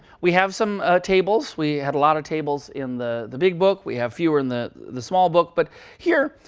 we have some tables. we had a lot of tables in the the big book. we have fewer in the the small book. but here,